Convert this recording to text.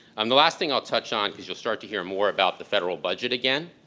um the last thing i'll touch on is you'll start to hear more about the federal budget again.